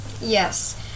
Yes